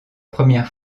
première